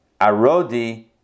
Arodi